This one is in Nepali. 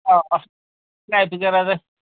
अँ अस्ति नै आइपुगेर चाहिँ